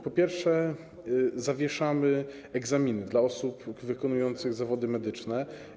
Po pierwsze, zawieszamy egzaminy dla osób wykonujących zawody medyczne.